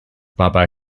baba